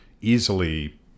easily